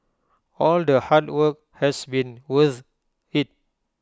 all the hard work has been worth IT